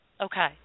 Okay